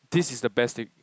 this is the best thing